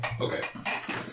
okay